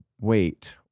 wait